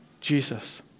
Jesus